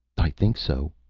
i think so,